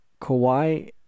Kawhi